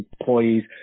employees